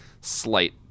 slight